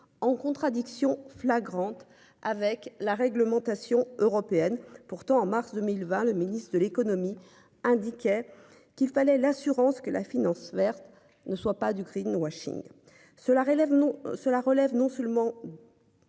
en contradiction flagrante avec la réglementation européenne. Pourtant, en mars 2020, le ministre de l'Économie, indiquait qu'il fallait l'assurance que la finance verte ne soit pas du greenwashing cela relève nom cela